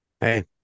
Hey